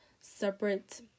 separate